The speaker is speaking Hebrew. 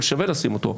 אבל שווה לשים אותו,